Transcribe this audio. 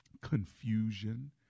confusion